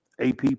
AP